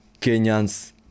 Kenyans